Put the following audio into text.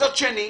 מצד שני,